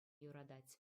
юратать